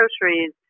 groceries